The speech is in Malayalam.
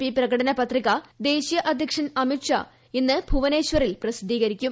പി പ്രകടന പത്രിക ദേശീയ അധ്യക്ഷൻ അമിത് ഷാ ഇന്ന് ഭുവനേശ്വറിൽ പ്രസിദ്ധീകരിക്കും